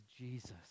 Jesus